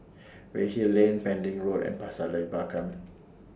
Redhill Lane Pending Road and Pasir Laba Camp